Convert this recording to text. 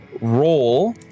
roll